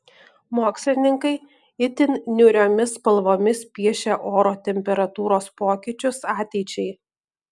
mokslininkai itin niūriomis spalvomis piešia oro temperatūros pokyčius ateičiai